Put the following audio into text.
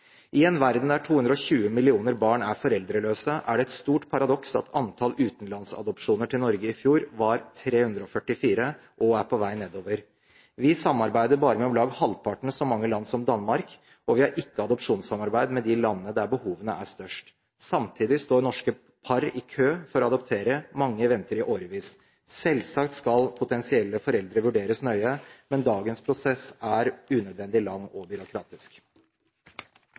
I en verden der 220 millioner barn er foreldreløse, er det et stort paradoks at antallet utenlandsadopsjoner til Norge i fjor var 344 og er på vei nedover. Vi samarbeider bare med om lag halvparten så mange land som Danmark, og vi har ikke adopsjonssamarbeid med de landene der behovene er størst. Samtidig står norske par i kø for å adoptere, mange venter i årevis. Selvsagt skal potensielle foreldre vurderes nøye, men dagens prosess er unødvendig lang og byråkratisk.